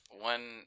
One